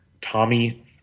Tommy